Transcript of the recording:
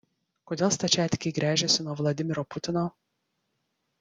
kodėl stačiatikiai gręžiasi nuo vladimiro putino